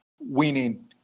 winning